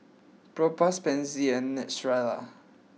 Propass Pansy and Neostrata